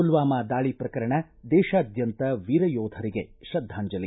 ಪುಲ್ವಾಮಾ ದಾಳಮ ಪ್ರಕರಣ ದೇಶಾದ್ಯಂತ ವೀರಯೋಧರಿಗೆ ಶ್ರದ್ಯಾಂಜಲಿ